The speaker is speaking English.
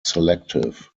selective